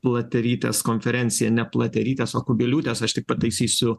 platerytės konferencija ne platerytės o kubiliūtės aš tik pataisysiu